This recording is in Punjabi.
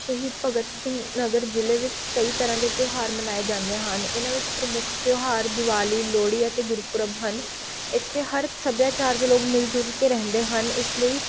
ਸ਼ਹੀਦ ਭਗਤ ਸਿੰਘ ਨਗਰ ਜ਼ਿਲ੍ਹੇ ਵਿੱਚ ਕਈ ਤਰ੍ਹਾਂ ਦੇ ਤਿਉਹਾਰ ਮਨਾਏ ਜਾਂਦੇ ਹਨ ਇਹਨਾਂ ਵਿੱਚ ਪ੍ਰਮੁੱਖ ਤਿਉਹਾਰ ਦਿਵਾਲੀ ਲੋਹੜੀ ਅਤੇ ਗੁਰਪੁਰਬ ਹਨ ਇੱਥੇ ਹਰ ਸੱਭਿਆਚਾਰ ਦੇ ਲੋਕ ਮਿਲਜੁਲ ਕੇ ਰਹਿੰਦੇ ਹਨ ਇਸ ਲਈ